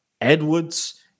Edwards